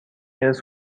ارث